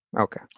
Okay